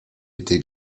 été